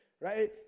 Right